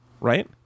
Right